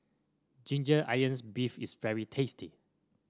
Ginger Onions beef is very tasty